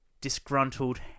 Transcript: disgruntled